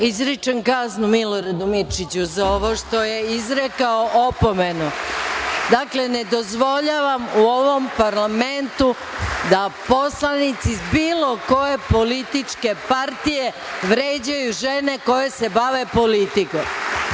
Izričem kaznu Miloradu Mirčiću za ovo što je izrekao, opomenu. Dakle, ne dozvoljavam u ovom parlamentu da poslanici iz bilo koje političke partije vređaju žene koje se bave politikom.